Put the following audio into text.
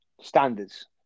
Standards